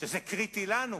שזה קריטי לנו,